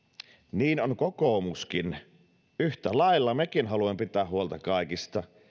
niin on kokoomuskin yhtä lailla mekin haluamme pitää huolta kaikista